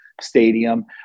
stadium